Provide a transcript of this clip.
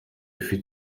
ifite